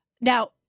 Now